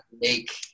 make